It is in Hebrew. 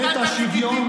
את השוויון,